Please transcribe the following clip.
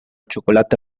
chocolate